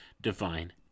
divine